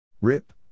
Rip